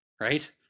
right